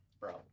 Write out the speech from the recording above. Bro